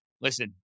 Listen